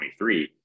2023